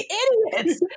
idiots